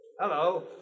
Hello